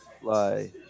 fly